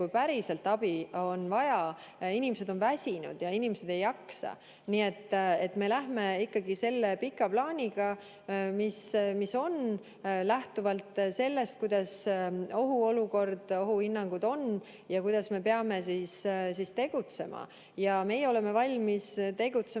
kui päriselt abi on vaja, on inimesed väsinud ja ei jaksa. Nii et me läheme ikkagi selle pika plaaniga, mis on, lähtuvalt sellest, kuidas ohuolukord ning ohuhinnangud on ja kuidas me peame tegutsema. Meie oleme valmis tegutsema